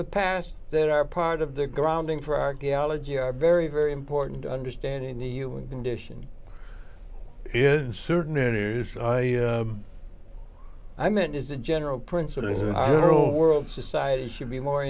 the past that are part of the grounding for archaeology are very very important to understanding the human condition in certain news i i meant as a general principle the role world society should be more